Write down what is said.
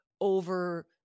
over